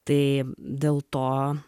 tai dėl to